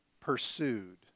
pursued